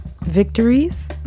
victories